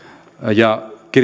ja